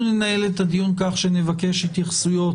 אנחנו ננהל את הדיון כך שנבקש התייחסויות